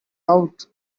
out